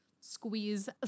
squeeze